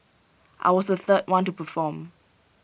I was the third one to perform